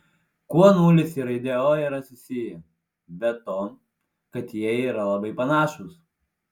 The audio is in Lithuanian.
kuo nulis ir raidė o yra susiję be to kad jie yra labai panašūs